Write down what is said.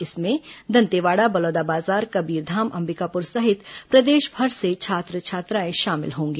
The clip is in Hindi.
इसमें दंतेवाड़ा बलौदाबाजार कबीरधाम अंबिकापुर सहित प्रदेशभर से छात्र छात्राएं शामिल होंगी